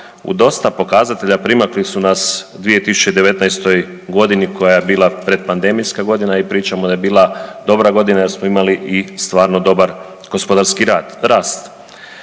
u dosta pokazatelja primakli su nas 2019. godini koja je bila predpandemijska godina i pričamo da je bila dobra godina jer smo imali i stvarno dobar gospodarski rast.